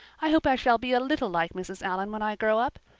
i hope i shall be a little like mrs. allan when i grow up.